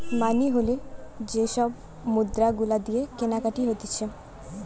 মানি হল যে সব মুদ্রা গুলা দিয়ে কেনাকাটি হতিছে